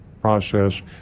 process